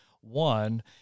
one